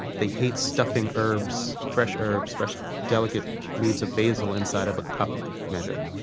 they hate stuffing herbs fresh herbs fresh delicate leaves of basil inside of a cup measure.